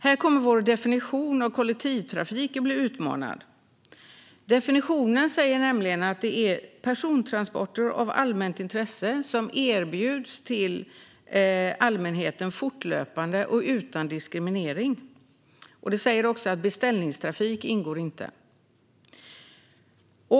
Här kommer vår definition av kollektivtrafik att bli utmanad. Definitionen säger att det är persontransporter av allmänt intresse som erbjuds allmänheten fortlöpande och utan diskriminering. Beställningstrafik ingår inte.